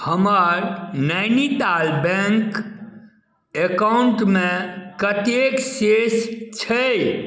हमर Nainital bank account मे कतेक शेष छै